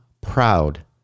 proud